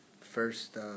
first